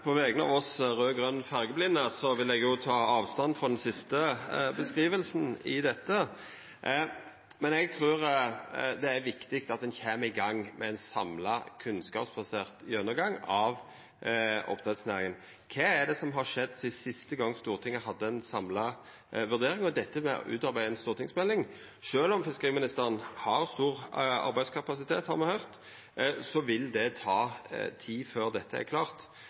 På vegner av oss raud-grøn-fargeblinde, vil eg ta avstand frå den siste skildringa i dette. Men eg trur det er viktig at ein kjem i gang med ein samla kunnskapsbasert gjennomgang av oppdrettsnæringa. Kva er det som har skjedd sidan siste gongen Stortinget hadde ei samla vurdering? Når det gjeld dette med å utarbeida ei stortingsmelding, vil det – sjølv om fiskeriministeren har stor arbeidskapasitet, har me høyrt – ta tid før dette er klart.